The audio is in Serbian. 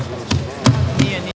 Hvala.